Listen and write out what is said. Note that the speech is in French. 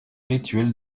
rituel